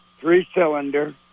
three-cylinder